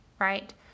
right